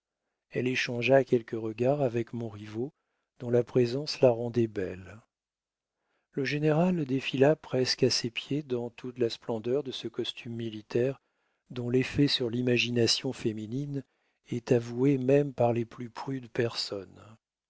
elle échangea quelques regards avec montriveau dont la présence la rendait si belle le général défila presque à ses pieds dans toute la splendeur de ce costume militaire dont l'effet sur l'imagination féminine est avoué même par les plus prudes personnes